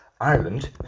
Ireland